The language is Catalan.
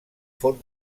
font